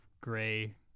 gray